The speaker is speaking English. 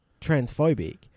transphobic